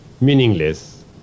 meaningless